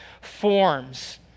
forms